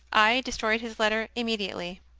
i destroyed his letter immediately.